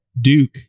Duke